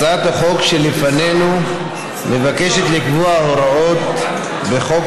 הצעת החוק שלפנינו מבקשת לקבוע הוראות בחוק